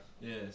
Yes